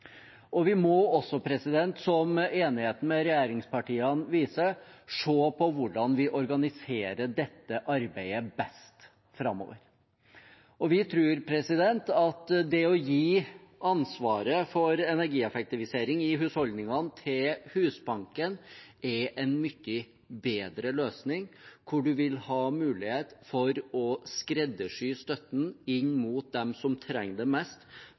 Vi må også, som enigheten med regjeringspartiene viser, se på hvordan vi organiserer dette arbeidet best framover. Vi tror at det å gi ansvaret for energieffektivisering i husholdningene til Husbanken er en mye bedre løsning, hvor man vil ha mulighet for å skreddersy støtten inn mot dem som trenger det mest,